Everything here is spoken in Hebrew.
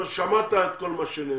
ג'וש, שמעת את כל מה שנאמר.